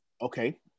Okay